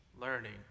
learning